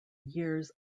years